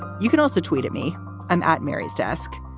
you can also tweet at me i'm at maria's desk.